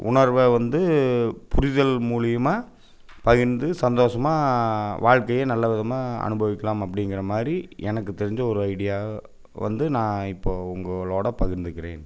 உணர்வை வந்து புரிதல் மூலயமா பகிர்ந்து சந்தோஷமாக வாழ்க்கையை நல்லவிதமாக அனுபவிக்கலாம் அப்படிங்குற மாதிரி எனக்கு தெரிஞ்ச ஒரு ஐடியா வந்து நான் இப்போது உங்களோட பகிர்ந்துக்கிறேன்